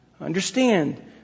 Understand